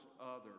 others